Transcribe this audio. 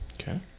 Okay